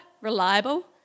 reliable